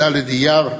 בד' אייר,